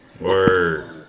Word